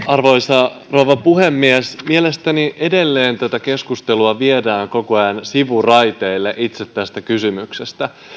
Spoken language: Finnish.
arvoisa rouva puhemies mielestäni edelleen tätä keskustelua viedään koko ajan sivuraiteille itse tästä kysymyksestä